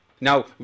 Now